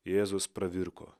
jėzus pravirko